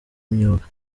imyuga